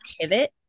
pivot